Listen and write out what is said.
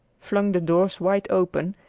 flung the doors wide open,